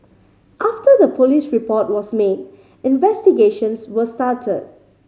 after the police report was made investigations were started